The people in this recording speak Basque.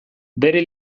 bere